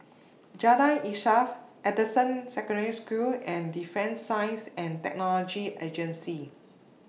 Jalan Insaf Anderson Secondary School and Defence Science and Technology Agency